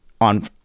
on